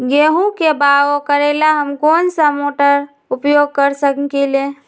गेंहू के बाओ करेला हम कौन सा मोटर उपयोग कर सकींले?